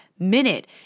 Minute